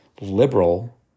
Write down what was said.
liberal